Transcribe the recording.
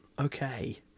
Okay